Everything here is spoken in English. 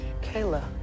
Kayla